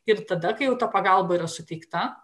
ir tada kai jau ta pagalba yra suteikta